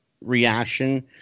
reaction